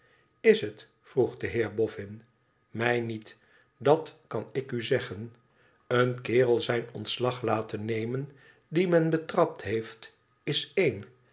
is het vroeg de heerboffin imij niet dat kan ik u zeggen een kerel zijn ontslag laten nemen die men betrapt heeft is één